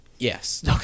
Yes